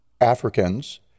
Africans